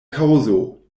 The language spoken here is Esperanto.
kaŭzo